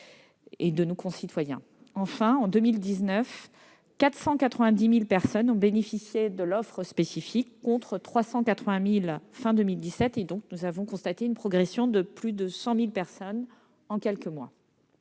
de nos concitoyens. En 2019, 490 000 personnes ont bénéficié de l'offre spécifique, contre 380 000 à la fin de l'année 2017, soit une progression de plus de 100 000 personnes en quelques mois.